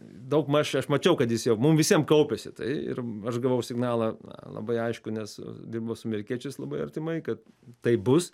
daugmaž aš mačiau kad jis jau mum visiem kaupiasi tai ir aš gavau signalą labai aiškų nes dirbo su amerikiečiais labai artimai kad tai bus